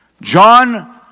John